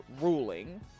ruling